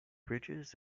bridges